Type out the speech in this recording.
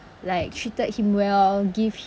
like treated him well give